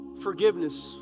forgiveness